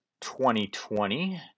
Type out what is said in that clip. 2020